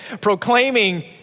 Proclaiming